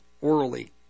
orally